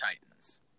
Titans